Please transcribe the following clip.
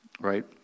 right